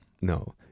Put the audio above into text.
No